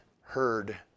heard